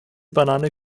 banane